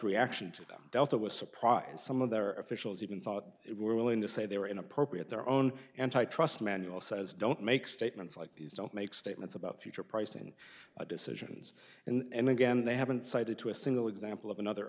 reaction to them dealt with surprise some of their officials even thought it were willing to say they were inappropriate their own antitrust manual says don't make statements like these don't make statements about future pricing decisions and again they haven't cited to a single example of another